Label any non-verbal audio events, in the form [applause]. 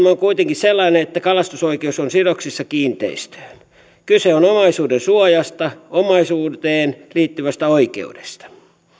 [unintelligible] on kuitenkin sellainen että kalastusoikeus on sidoksissa kiinteistöön kyse on omaisuudensuojasta omaisuuteen liittyvästä oikeudesta